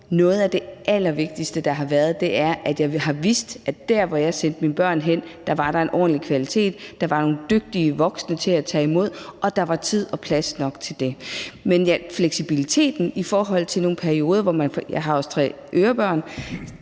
noget af det allervigtigste, der har været, er, at jeg har vidst, at der, hvor jeg sendte mine børn hen, var der en ordentlig kvalitet, at der var nogle dygtige voksne til at tage imod dem, og at der var tid og plads nok til det. Men fleksibiliteten i forhold til i nogle perioder at kunne skrue ned – jeg har også tre ørebørn